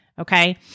Okay